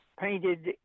painted